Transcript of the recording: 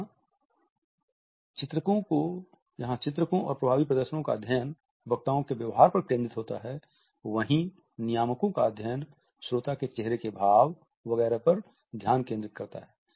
जहाँ चित्रको और प्रभावी प्रदर्शनों का अध्ययन वक्ताओं के व्यवहार पर केंद्रित होता है वही नियामकों का अध्ययन श्रोता के चेहरे के भाव वगैरह पर ध्यान केंद्रित करता है